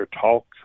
talk